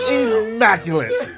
immaculate